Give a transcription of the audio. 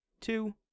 two